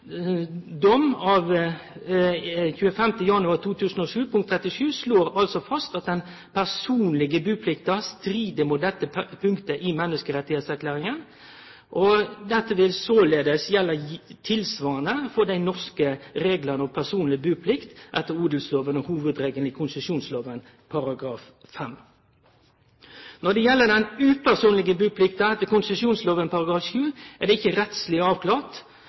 av 25. januar 2007, punkt 37 slår altså fast at den personlege buplikta strir mot dette punktet i menneskerettserklæringa. Dette vil såleis gjelde tilsvarande for dei norske reglane om personleg buplikt etter odelsloven og hovudregelen i konsesjonsloven § 5. Når det gjeld den upersonlege buplikta etter konsesjonsloven § 7, er det ikkje rettsleg avklart